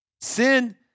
Sin